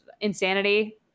Insanity